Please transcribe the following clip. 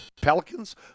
Pelicans